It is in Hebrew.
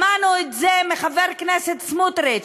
שמענו את זה מחבר הכנסת סמוטריץ,